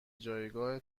جایگاه